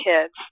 kids